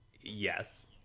yes